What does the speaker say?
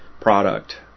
product